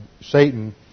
Satan